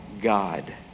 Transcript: God